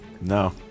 No